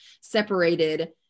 separated